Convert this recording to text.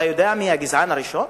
אתה יודע מי הגזען הראשון?